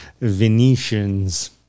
Venetians